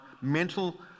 mental